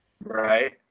right